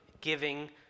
giving